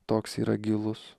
toks yra gilus